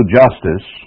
justice